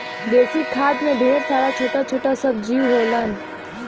देसी खाद में ढेर सारा छोटा छोटा सब जीव होलन